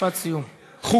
משפט סיום.